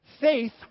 faith